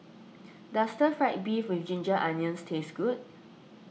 does Stir Fried Beef with Ginger Onions taste good